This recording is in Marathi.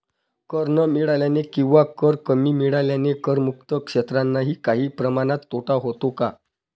कर न मिळाल्याने किंवा कर कमी मिळाल्याने करमुक्त क्षेत्रांनाही काही प्रमाणात तोटा होतो का?